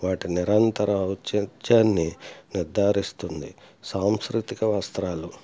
వాటి నిరంతర చ్చేచ్యాన్ని నిర్దారిస్తుంది సాంస్కృతిక వస్త్రాలు